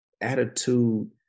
attitude